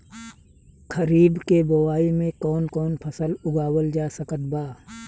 खरीब के बोआई मे कौन कौन फसल उगावाल जा सकत बा?